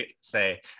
say